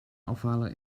afhalen